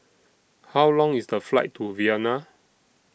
How Long IS The Flight to Vienna